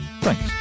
thanks